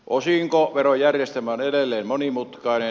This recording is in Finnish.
osinkoverojärjestelmä on edelleen monimutkainen